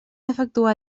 efectuar